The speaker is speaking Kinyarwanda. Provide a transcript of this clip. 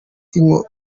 twese